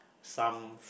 some